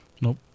Nope